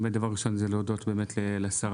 באמת דבר ראשון זה להודות באמת לשרה,